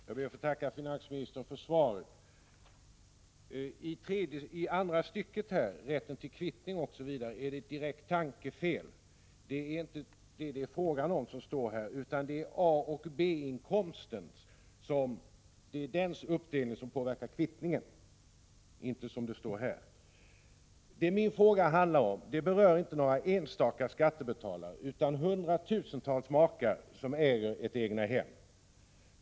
Herr talman! Jag ber att få tacka finansministern för svaret. I andra stycket, om rätten till kvittning, har det gjorts ett direkt tankefel, eftersom det är uppdelningen i A och B-inkomst som påverkar kvittningen. Det som min fråga handlar om berör inte några enstaka skattebetalare utan hundratusentals makar som äger ett egnahem.